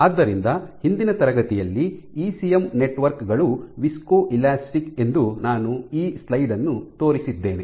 ಆದ್ದರಿಂದ ಹಿಂದಿನ ತರಗತಿಯಲ್ಲಿ ಇಸಿಎಂ ನೆಟ್ವರ್ಕ್ ಗಳು ವಿಸ್ಕೊಎಲಾಸ್ಟಿಕ್ ಎಂದು ನಾನು ಈ ಸ್ಲೈಡ್ ಅನ್ನು ತೋರಿಸಿದ್ದೇನೆ